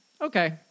Okay